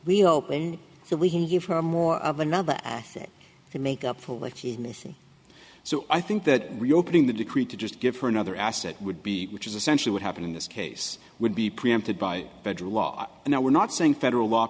we open so we can give her more of another thing to make up for like she's missing so i think that reopening the decree to just give her another asset would be which is essentially what happened in this case would be preempted by federal law and now we're not saying federal law